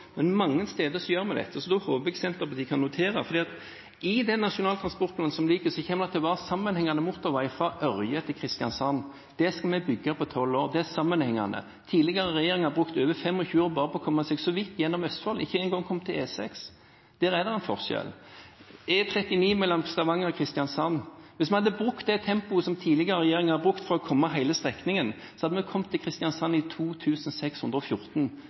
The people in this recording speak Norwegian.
men mange steder gjør vi dette, så da håper jeg Senterpartiet kan notere. I den nasjonale transportplanen som foreligger, kommer det til å være sammenhengende motorvei fra Ørje til Kristiansand. Det skal vi bygge på 12 år. Det er sammenhengende. Tidligere regjeringer har brukt over 25 år bare på å komme seg så vidt gjennom Østfold, ikke engang kommet til E6. Der er det en forskjell. E39 mellom Stavanger og Kristiansand: Hvis vi hadde brukt det tempoet som tidligere regjeringer har brukt, på å bygge hele strekningen, hadde vi kommet til Kristiansand i 2614.